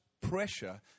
pressure